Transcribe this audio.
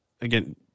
Again